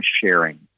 sharing